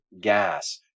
gas